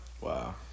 Wow